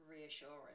reassurance